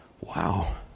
Wow